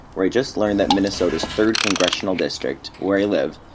where i just learned that minnesota's third congressional district, where i live,